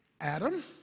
Adam